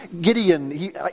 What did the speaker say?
Gideon